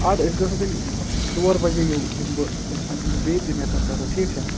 ادٕ أسۍ گژھَو تیٚلہِ ژور بَجے ہیٛوٗ یِمہٕ بہٕ تَمہِ ساتہٕ یِمہٕ بیٚیہِ تہِ تَمےَ ساتہٕ گژھَو ٹھیٖک چھا